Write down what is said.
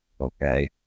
Okay